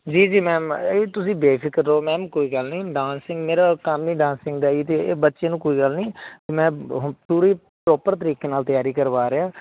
ਜੀ ਜੀ ਮੈਮ ਇਹ ਤੁਸੀਂ ਬੇਫ਼ਿਕਰ ਰਹੋ ਮੈਮ ਕੋਈ ਗੱਲ ਨਹੀਂ ਹੁਣ ਡਾਂਸਿੰਗ ਮੇਰਾ ਕੰਮ ਹੀ ਡਾਂਸਿੰਗ ਦਾ ਜੀ ਅਤੇ ਇਹ ਬੱਚੇ ਨੂੰ ਕੋਈ ਗੱਲ ਨਹੀਂ ਮੈਂ ਹੁਣ ਪੂਰੀ ਪ੍ਰੋਪਰ ਤਰੀਕੇ ਨਾਲ ਤਿਆਰੀ ਕਰਵਾ ਰਿਹਾ